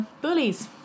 bullies